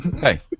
hey